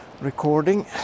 recording